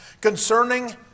concerning